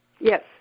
Yes